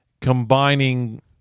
combining